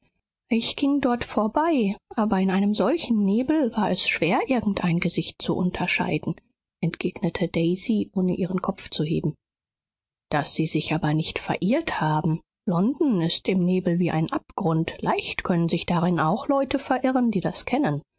ich ging dort vorbei aber in einem solchen nebel war es schwer irgendein gesicht zu unterscheiden entgegnete daisy ohne ihren kopf zu heben daß sie sich aber nicht verirrt haben london ist im nebel wie ein abgrund leicht können sich darin auch leute verlieren die das kennen